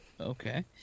okay